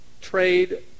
Trade